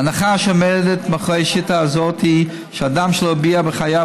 ההנחה שעומדת מאחורי שיטה זאת היא שאדם שלא הביע בחייו